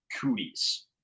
Cooties